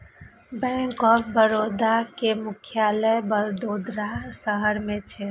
bank of Baroda के मुख्यालय वडोदरा शहर मे छै